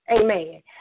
Amen